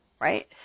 right